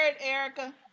Erica